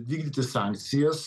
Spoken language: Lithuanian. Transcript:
vykdyti sankcijas